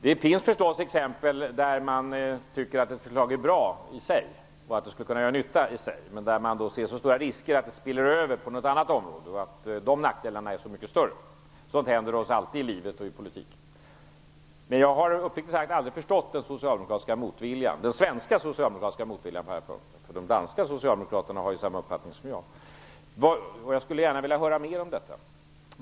Det finns förstås exempel på att man tycker att ett förslag i sig är bra och att det skulle kunna göra nytta, men där man ser så stora risker att det spiller över på något annat område och där nackdelarna är så mycket större. Sådant händer oss alltid i livet och i politiken. Uppriktigt sagt har jag aldrig förstått den svenska socialdemokratiska motviljan. De danska socialdemokraterna däremot har samma uppfattning som jag. Jag skulle gärna vilja höra mer om detta.